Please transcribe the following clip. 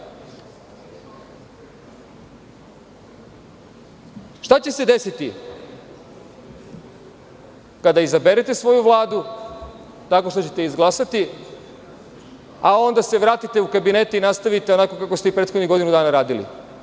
Šta će se desiti kada izaberete svoju Vladu tako što ćete izglasati, a onda se vratite u kabinete i nastavite onako kako ste i prethodnih godinu dana radili?